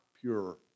pure